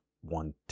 one